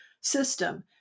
system